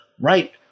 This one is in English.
right